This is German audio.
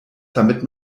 damit